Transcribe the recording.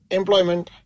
employment